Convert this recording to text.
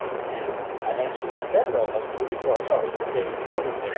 and i actually spend almost twenty four hours a day coding.